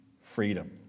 freedom